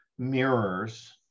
Mirrors